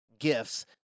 gifts